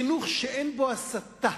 חינוך שאין בו הסתה,